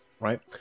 right